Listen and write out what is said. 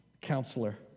counselor